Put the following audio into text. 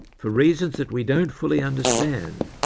for reasons that we don't fully understand,